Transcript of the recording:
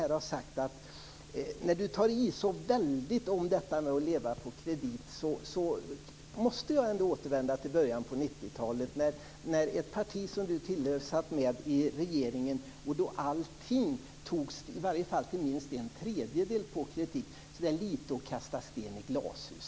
Anders G Högmark tar i väldigt om detta med att leva på kredit. Då måste jag återvända till början på 90-talet, då ett parti som han tillhör satt med i regeringen. Då togs allting på kredit, i varje fall till minst en tredjedel. Det är att kasta sten i glashus.